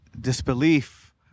disbelief